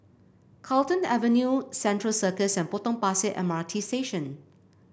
Carlton Avenue Central Circus and Potong Pasir M R T Station